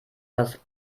das